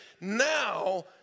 Now